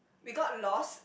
we got lost